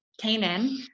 Kanan